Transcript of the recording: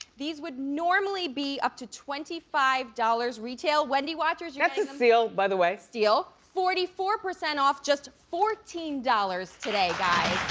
these would normally be up to twenty five dollars retail. wendy watchers. yeah that's a sale, by the way. steal forty four percent off just fourteen dollars today, guys.